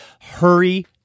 hurry